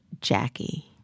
Jackie